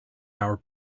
our